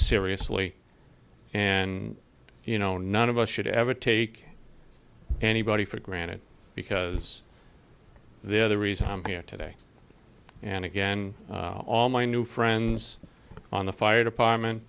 seriously and you know none of us should ever take anybody for granted because they're the reason i'm here today and again all my new friends on the fire department